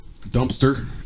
dumpster